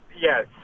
Yes